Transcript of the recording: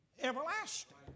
everlasting